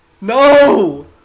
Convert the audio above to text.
No